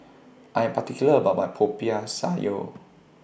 I Am particular about My Popiah Sayur